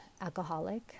alcoholic